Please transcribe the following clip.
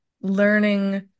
learning